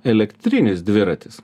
elektrinis dviratis